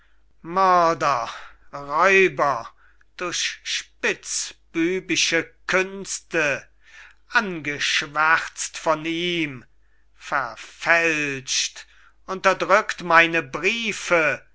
räuber durch spitzbübische künste angeschwärzt von ihm verfälscht unterdrückt meine briefe